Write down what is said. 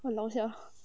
!walao! sia